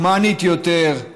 הומנית יותר,